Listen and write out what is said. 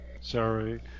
sorry